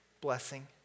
blessing